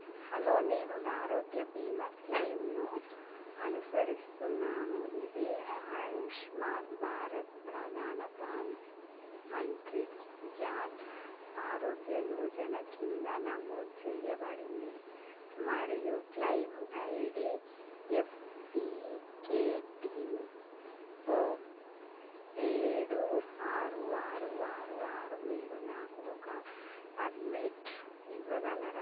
hello నేను నా ఆరోగ్య బీమా క్లెయిమ్ను అనుసరిస్తున్నాను ఇది ఆయుష్మాన్ భారత్ ప్రధాన ప్ర మంత్రి జాన్ ఆరోగ్య యోజన కింద నమోదు చెయ్యబడింది మరియు క్లెయిమ్ ఐడి ఎఫ్ వీకేటీఓ ఏడు ఆరు ఆరు ఆరు ఆరు మీరు నాకు ఒక అడ్మిట్ ఇవ్వగలరా